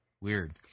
Weird